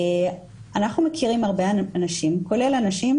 כשבעצם אנחנו מכירים הרבה אנשים כולל אנשים